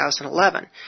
2011